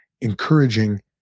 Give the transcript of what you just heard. encouraging